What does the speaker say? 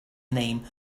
name